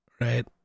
Right